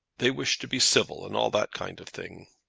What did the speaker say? they wish to be civil, and all that kind of thing.